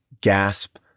gasp